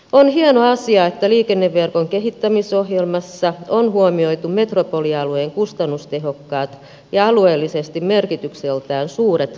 on hieno asia että liikenneverkon kehittämisohjelmassa on huomioitu metropolialueen kustannustehokkaat ja alueellisesti merkitykseltään suuret kuha hankkeet